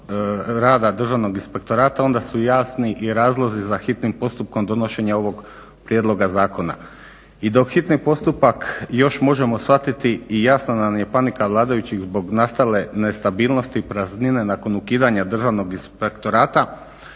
rada Državnog inspektorata onda su jasni i razlozi za hitnim postupkom donošenja ovog prijedloga zakona. I dok hitni postupak još možemo shvatiti i jasna nam je panika vladajućih zbog nastale nestabilnosti i praznine nakon ukidanja Državnog inspektorata,